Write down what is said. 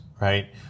right